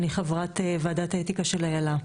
אני חברת ועדת האתיקה של איל"ה.